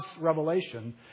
revelation